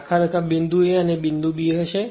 ખરેખર આ બિંદુ a છે અને આ બિંદુ b હશે